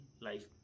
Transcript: life